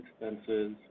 expenses